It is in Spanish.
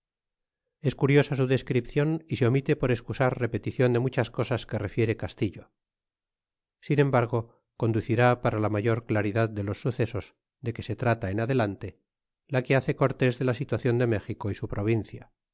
curiosa su descripcion y se omite por escusar repelicion de muchas cosas que refiere castillo sin embargo conducirá para la mayor claridad de los sucesos de que se trata en adelante la que hace cortés de la situaclon de méjico y su provincia